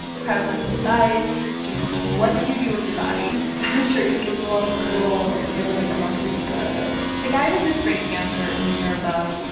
crowdsourced advice. just what do you do with your body? l i'm sure he's kissed a lot of girls. i'm going to, like i'm not going to be good the guy was this break dancer in the year above,